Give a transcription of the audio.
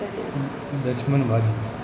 लछ्मन भाॼी